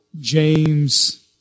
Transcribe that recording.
James